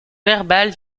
verbale